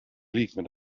liikmed